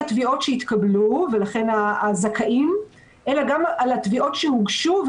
התביעות שהתקבלו ועל הזכאים אלא גם על התביעות שהוגשו,